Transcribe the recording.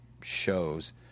shows